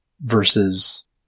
Versus